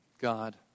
God